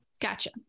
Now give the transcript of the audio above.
Gotcha